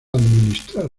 administrar